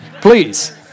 Please